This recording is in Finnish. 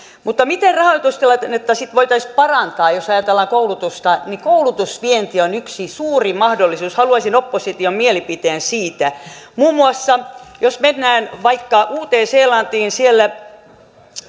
mutta miten rahoitustilannetta sitten voitaisiin parantaa jos ajatellaan koulutusta koulutusvienti on yksi suuri mahdollisuus haluaisin opposition mielipiteen siitä muun muassa jos mennään vaikka uuteen seelantiin siellä